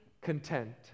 content